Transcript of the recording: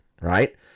right